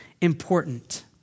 important